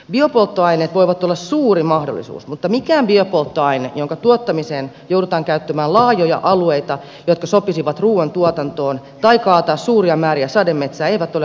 biopolttoaineet voivat olla suuri mahdollisuus mutta mikään biopolttoaine jonka tuottamiseen joudutaan käyttämään laajoja alueita jotka sopisivat ruoan tuotantoon tai kaatamaan suuria määriä sademetsää ei ole ratkaisu